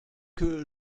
que